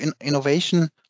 innovation